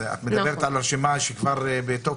אז את מדברת על רשימה שכבר בתוקף.